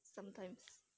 sometimes